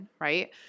right